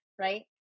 right